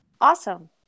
Awesome